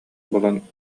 буолан